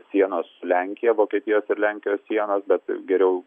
sienos su lenkija vokietijos ir lenkijos sienos bet geriau